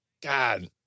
God